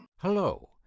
Hello